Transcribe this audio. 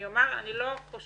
אני אומר שאני לא חושדת